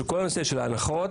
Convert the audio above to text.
כל הנושא של ההנחות,